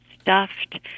stuffed